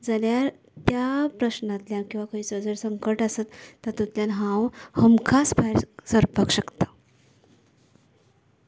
जाल्यार त्या प्रस्नांतल्यान किंवां खंयचो जर संकट आसत तातूंतल्यान हांव हमखास भायर सरपाक शकता